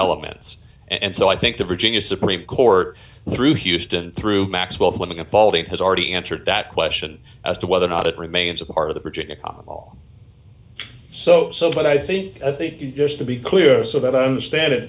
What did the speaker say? elements and so i think the virginia supreme court through houston through maxwell when appalled it has already answered that question as to whether or not it remains a part of the virginia all so so but i think i think just to be clear so that i understand it